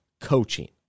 coaching